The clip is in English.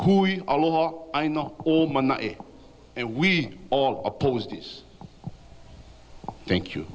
who we all all i know all and we all opposed this thank you